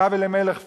הרב אלימלך פירר.